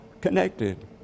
connected